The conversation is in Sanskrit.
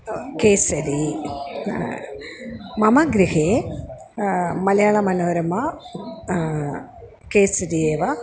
केसरि मम गृहे मलयाळमनोरमा केसरी एव